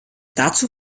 dazu